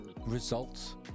results